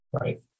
right